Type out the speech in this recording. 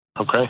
Okay